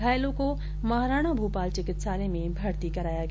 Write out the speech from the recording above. घायलों को महाराणा भूपाल चिकित्सालय में भर्ती कराया गया